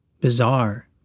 bizarre